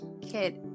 kid